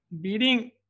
beating